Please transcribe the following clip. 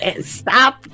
Stop